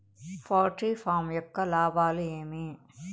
poultry farm యొక్క లాభాలు ఏమి